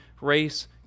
race